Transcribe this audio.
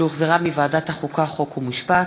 שהחזירה ועדת החוקה, חוק ומשפט,